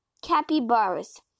Capybaras